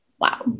Wow